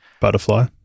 Butterfly